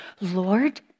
Lord